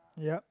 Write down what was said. yup